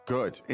Good